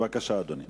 בבקשה, אדוני.